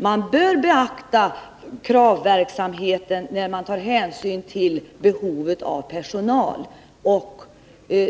Man bör beakta kravverksamheten när man tar hänsyn till behovet av personal, och